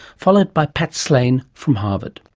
followed by pat slane from harvard.